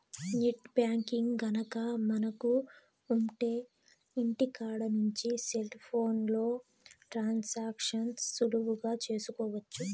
net banking గనక మనకు ఉంటె ఇంటికాడ నుంచి సెల్ ఫోన్లో ట్రాన్సాక్షన్స్ సులువుగా చేసుకోవచ్చు